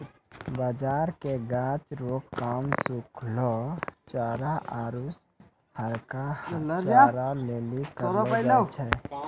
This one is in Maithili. बाजरा के गाछ रो काम सुखलहा चारा आरु हरका चारा लेली करलौ जाय छै